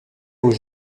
aux